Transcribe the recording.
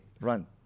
run